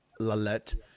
Lalette